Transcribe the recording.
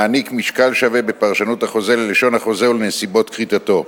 מעניק משקל שווה בפרשנות החוזה ללשון החוזה ולנסיבות כריתתו.